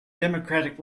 democratic